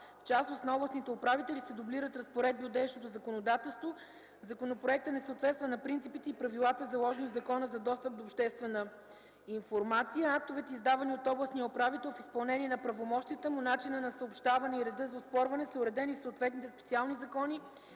в частност на областните управители, се дублират разпоредби от действащото законодателство. Законопроектът не съответства на принципите и правилата, заложени в Закона за достъп до обществена информация. Актовете, издавани от областния управител в изпълнение на правомощията му, начинът на съобщаване и редът за оспорване са уредени в съответните специални закони